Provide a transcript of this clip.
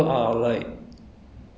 that's the main aim lor